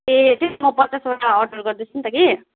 ए त्यही त म पचासवटा अर्डर गर्दैछु नि त कि